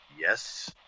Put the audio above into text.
Yes